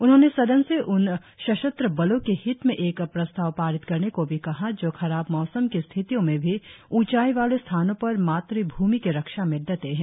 उन्होंने सदन से उन सशस्त्र बलों के हित में एक प्रस्ताव पारित करने को भी कहा जो खराब मौसम की स्थितियों में भी ऊंचाई वाले स्थानों पर मातभूमि की रक्षा में डटे हैं